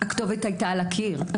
הכתובת הייתה על הקיר.